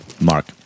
Mark